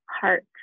heart